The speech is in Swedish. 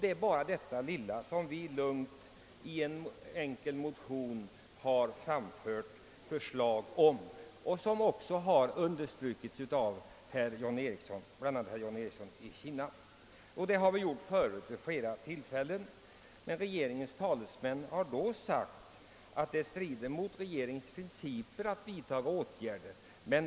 Det är bara detta lilla som vi från centerpartiet har föreslagit i en enkel motion och som tidigare har understrukits av bl.a. herr Ericsson i Kinna. Vi har gjort samma påpekande vid flera tillfällen tidigare, men då har regeringens talesmän sagt att det strider mot regeringens principer att vidta några åtgärder.